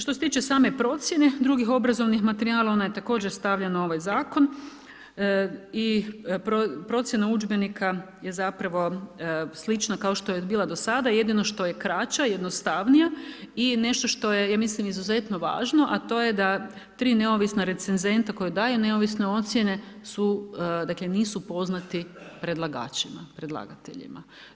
Što se tiče same procjene drugih obrazovnih materijala, ona je također stavljena u ovaj zakon i procjena udžbenika je zapravo slična kao što je bila do sada jedino što je kraća, jednostavnija i nešto što je mislim izuzetno važno, a to je da 3 neovisna recenzenta koji daju neovisne ocjene su, dakle nisu poznati predlagačima, predlagateljima.